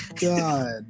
God